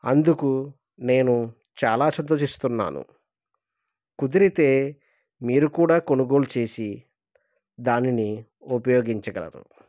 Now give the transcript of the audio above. అందుకు నేను చాలా సంతోషిస్తున్నాను కుదిరితే మీరు కూడా కొనుగోలు చేసి దానిని ఉపయోగించగలరు